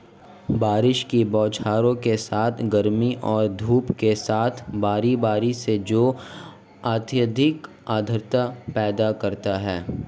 बारिश की बौछारों के साथ गर्मी और धूप के साथ बारी बारी से जो अत्यधिक आर्द्रता पैदा करता है